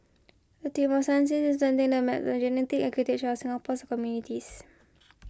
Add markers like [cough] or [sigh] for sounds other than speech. a team of scientists [unintelligible] map the genetic architecture of Singapore's communities